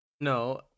No